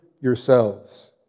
yourselves